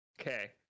Okay